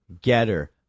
Getter